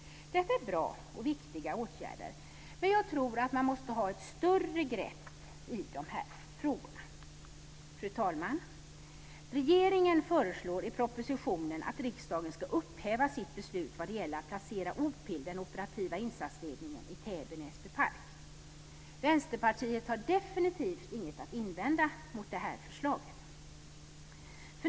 Detta är bra och viktiga åtgärder, men jag tror att man måste ta ett större grepp i dessa frågor. Fru talman! Regeringen föreslår i propositionen att riksdagen ska upphäva sitt beslut vad gäller att placera OPIL, den operativa insatsledningen, i Täby/Näsbypark. Vänsterpartiet har definitivt inget att invända mot detta förslag.